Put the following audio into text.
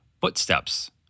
footsteps